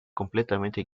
completamente